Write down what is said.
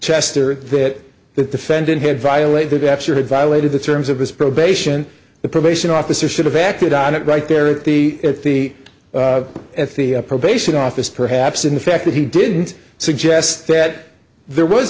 chester that the defendant had violated after he violated the terms of his probation the probation officer should have acted on it right there at the at the at the probation office perhaps in the fact that he didn't suggest that there was